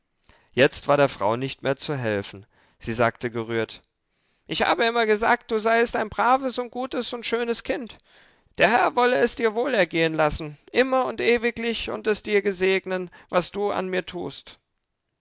jetzt war der frau nicht mehr zu helfen sie sagte gerührt ich habe immer gesagt du seiest ein braves und gutes und schönes kind der herr wolle es dir wohlergehen lassen immer und ewiglich und es dir gesegnen was du an mir tust